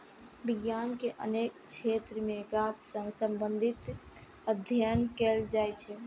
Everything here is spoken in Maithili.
विज्ञान के अनेक क्षेत्र मे गाछ सं संबंधित अध्ययन कैल जाइ छै